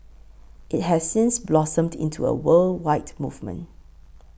it has since blossomed into a worldwide movement